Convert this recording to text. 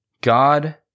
God